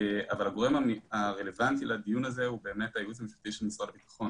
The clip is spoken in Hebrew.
הגורם הרלוונטי לדיון הזה הוא באמת הייעוץ המשפטי של משרד הביטחון